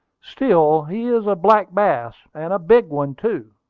still he is a black bass, and a big one too.